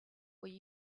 will